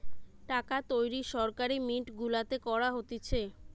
টাকা তৈরী সরকারি মিন্ট গুলাতে করা হতিছে